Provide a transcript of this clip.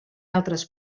altres